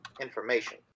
information